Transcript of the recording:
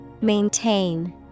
Maintain